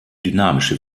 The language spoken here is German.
dynamische